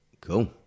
Cool